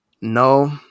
no